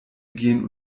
gehen